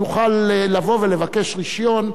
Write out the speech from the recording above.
יוכל לבוא ולבקש רשיון.